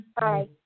Bye